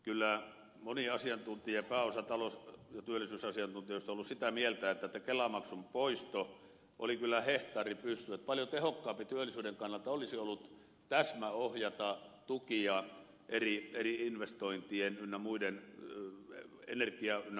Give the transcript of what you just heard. kyllä moni asiantuntija pääosa talous ja työllisyysasiantuntijoista on ollut sitä mieltä että kelamaksun poisto oli hehtaaripyssy paljon tehokkaampaa työllisyyden kannalta olisi ollut täsmäohjata tukia eri investointien energia ynnä muuta